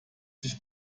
sich